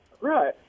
Right